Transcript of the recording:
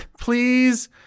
please